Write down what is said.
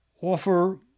offer